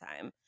time